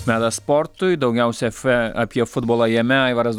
metas sportui daugiausiai f apie futbolą jame aivaras